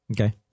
Okay